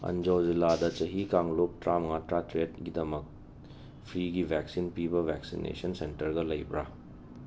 ꯑꯟꯖꯣ ꯖꯤꯂꯥꯗ ꯆꯍꯤ ꯀꯥꯡꯂꯨꯞ ꯇꯔꯥꯃꯉꯥ ꯇꯔꯥꯇꯔꯦꯠꯀꯤꯗꯃꯛ ꯐ꯭ꯔꯤꯒꯤ ꯕꯦꯛꯁꯤꯟ ꯄꯤꯕ ꯕꯦꯛꯁꯤꯅꯦꯁꯟ ꯁꯦꯟꯇꯔꯒ ꯂꯩꯕꯔ